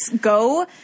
go